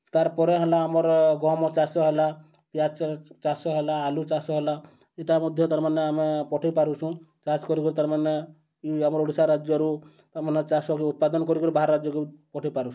ତା'ର୍ପରେ ହେଲା ଆମର ଗହମ ଚାଷ ହେଲା ପିଆଜ ଚାଷ ହେଲା ଆଲୁ ଚାଷ ହେଲା ଇଟା ମଧ୍ୟ ତା'ର୍ମାନେ ଆମେ ପଠେଇ ପାରୁଛୁଁ ଚାଷ୍ କରିକରି ତା'ର୍ମାନେ ଆମର ଓଡ଼ିଶା ରାଜ୍ୟରୁ ତା'ର୍ମାନେ ଚାଷକୁ ଉତ୍ପାଦନ କରିକରି ବାହାର ରାଜ୍ୟକୁ ପଠେଇପାରୁଛୁଁ